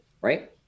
right